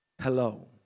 hello